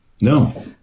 No